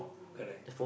correct